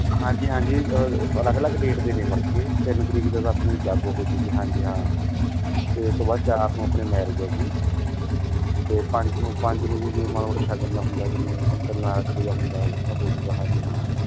ਹਾਂਜੀ ਹਾਂਜੀ ਅਲੱਗ ਅਲੱਗ ਡੇਟ ਦੇ ਨੇ ਬਲਕਿ ਤਿੰਨ ਤਰੀਕ ਦਾ ਆਪਣੀ ਜਾਗੋ ਹੋਜੂਗੀ ਹਾਂਜੀ ਹਾਂ ਅਤੇ ਉਸ ਤੋਂ ਬਾਅਦ ਚਾਰ ਨੂੰ ਆਪਣੇ ਮੈਰਿਜ ਹੈ ਜੀ ਅਤੇ ਪੰਜ ਨੂੰ ਪੰਜ ਨੂੰ ਵੀ ਜਿਵੇਂ ਮਾੜਾ ਮੋਟਾ ਸ਼ਗਨ ਹੁੰਦਾ ਹੁੰਦਾ ਹੋਜੂਗਾ ਹਾਂਜੀ ਹਾਂ